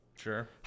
Sure